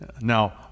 Now